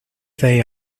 they